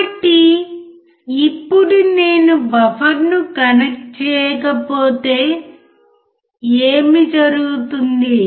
కాబట్టి ఇప్పుడు నేను బఫర్ను కనెక్ట్ చేయకపోతే ఏమి జరుగుతుంది